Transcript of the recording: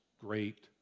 great